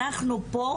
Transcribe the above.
אנחנו פה,